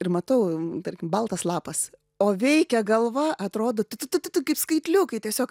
ir matau tarkim baltas lapas o veikia galva atrodo t t t t t kaip skaitliukai tiesiog